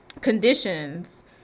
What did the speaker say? Conditions